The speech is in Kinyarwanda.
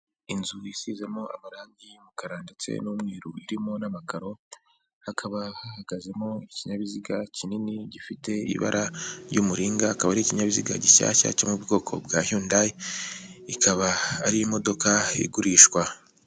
Inzu isizamo amarangi y'umukara ndetse n'umweru irimo n'amakaro, hakaba hahagazemo ikinyabiziga kinini gifite ibara ry'umuringa, akaba ari ikinyabiziga gishyashya cyo mu ubwoko bwa Hyundai, ikaba ari imodoka igurishwa.